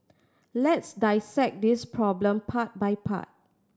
let's dissect this problem part by part